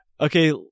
Okay